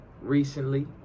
recently